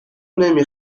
نمی